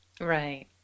Right